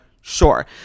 sure